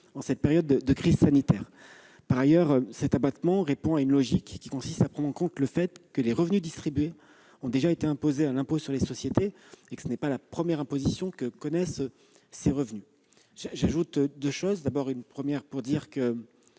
en cette période de crise sanitaire. Par ailleurs, cet abattement répond à une logique : il s'agit de prendre en compte le fait que les revenus distribués ont déjà été imposés à l'impôt sur les sociétés. Ce n'est pas la première imposition à laquelle ils sont soumis. J'ajouterai deux choses. La première, c'est que,